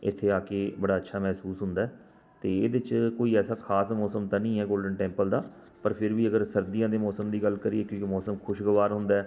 ਇੱਥੇ ਆ ਕੇ ਬੜਾ ਅੱਛਾ ਮਹਿਸੂਸ ਹੁੰਦਾ ਅਤੇ ਇਹਦੇ 'ਚ ਕੋਈ ਐਸਾ ਖਾਸ ਮੌਸਮ ਤਾਂ ਨਹੀਂ ਹੈ ਗੋਲਡਨ ਟੈਂਪਲ ਦਾ ਪਰ ਫਿਰ ਵੀ ਅਗਰ ਸਰਦੀਆਂ ਦੇ ਮੌਸਮ ਦੀ ਗੱਲ ਕਰੀਏ ਕਿਉਂਕਿ ਮੌਸਮ ਖੁਸ਼ਗਵਾਰ ਹੁੰਦਾ